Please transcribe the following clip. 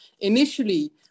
Initially